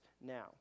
now